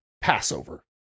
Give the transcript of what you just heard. Passover